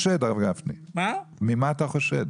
אני לא חושד.